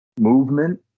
movement